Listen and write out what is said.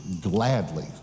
gladly